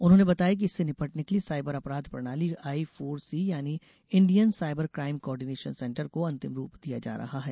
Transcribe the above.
उन्होंने बताया कि इससे निपटने के लिए साइबर अपराध प्रणाली आई फोर सी यानी Indian cyber crime coordination centre को अंतिम रूप दिया जा रहा है